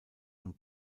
und